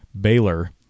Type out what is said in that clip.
Baylor